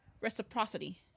reciprocity